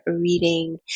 reading